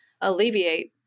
alleviate